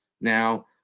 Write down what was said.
now